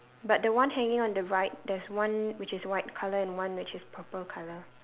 but the one hanging on the right there's one which is white colour and one which is purple colour